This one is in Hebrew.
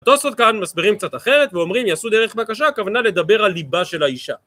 הטוסות כאן מסבירים קצת אחרת ואומרים יעשו דרך בקשה הכוונה לדבר על ליבה של האישה